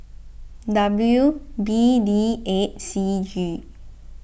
W B D eight C G